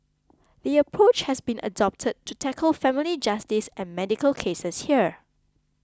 the approach has been adopted to tackle family justice and medical cases here